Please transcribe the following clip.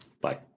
bye